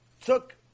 took